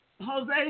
Jose